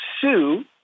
sue